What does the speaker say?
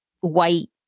white